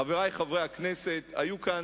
חברי חברי הכנסת, היו כאן